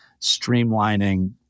streamlining